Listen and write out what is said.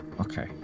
Okay